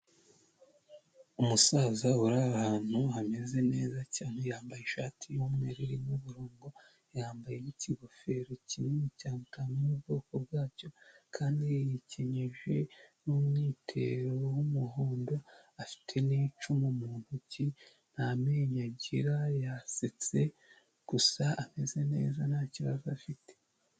Umusaza uri ahantu hameze neza cyane, yambaye ishati y'umweru irimo uburongo, yambaye n'ikigofero kinini cyane utamenya ubwoko bwacyo kandi yikenyeje n'umwitero w'umuhondo, afite n'icumu mu ntoki, nta menyo agira yasetse gusa ameze neza nta kibazo afite.